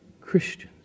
Christians